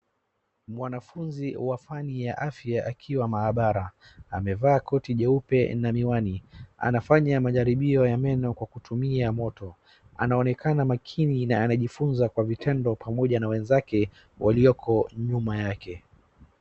Mwanafuzi wa fani ya afya akiwa maabara. Amevaa koti jeupe na miwani .Anafanya majaribio ya meno kwa kutumia moto. Anaonekana makini na anajifunza kwa vitendo pamoja na wenzake walioko nyuma yake.